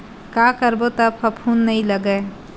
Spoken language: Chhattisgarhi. का करबो त फफूंद नहीं लगय?